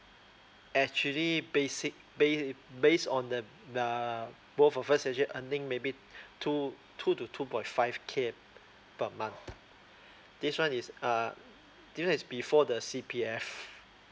actually basic bay base on the err both of us actually earning maybe two two to two point five K per month this one is uh this one is before the C_P_F